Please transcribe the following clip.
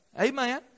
Amen